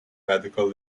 medical